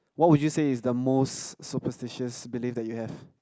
what would you say is the most superstitious belief that you have